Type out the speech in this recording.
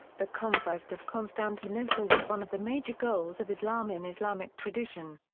the conquest of constantinople was one of the major goals of islam in islamic tradition.